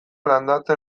landatzen